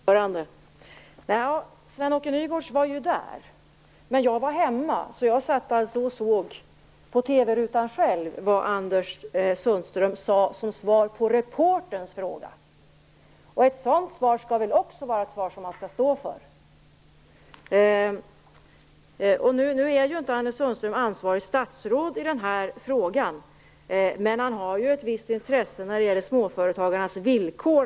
Fru talman! Sven-Åke Nygårds var där. Men jag satt hemma och såg på TV och hörde själv vad Anders Sundström sade som svar på reporterns fråga. Ett sådant svar skall man väl också stå för. Nu är ju inte Anders Sundström ansvarigt statsråd i den här frågan, men han har naturligtvis ett visst intresse för småföretagens villkor.